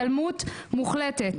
אבל יש התעלמות מוחלטת.